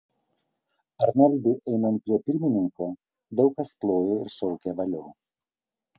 arnoldui einant prie pirmininko daug kas plojo ir šaukė valio